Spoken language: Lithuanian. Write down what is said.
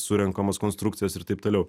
surenkamos konstrukcijos ir taip toliau